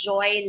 Joy